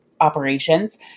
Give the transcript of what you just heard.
operations